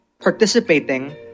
Participating